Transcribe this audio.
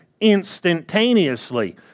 instantaneously